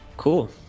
Cool